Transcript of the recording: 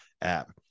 app